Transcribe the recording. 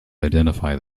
identify